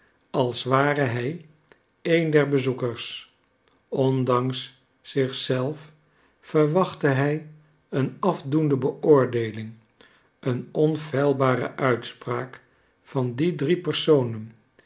als ware hij een der bezoekers ondanks zich zelf verwachtte hij een afdoende beoordeeling een onfeilbare uitspraak van die drie personen